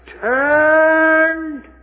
turned